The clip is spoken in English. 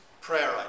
prayer